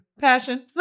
passion